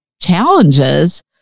challenges